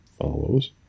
follows